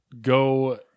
go